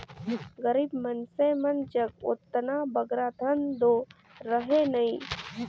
गरीब मइनसे मन जग ओतना बगरा धन दो रहें नई